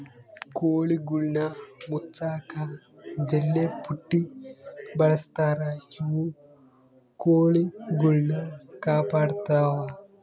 ಕೋಳಿಗುಳ್ನ ಮುಚ್ಚಕ ಜಲ್ಲೆಪುಟ್ಟಿ ಬಳಸ್ತಾರ ಇವು ಕೊಳಿಗುಳ್ನ ಕಾಪಾಡತ್ವ